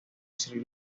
sri